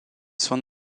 son